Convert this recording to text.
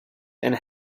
and